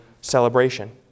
celebration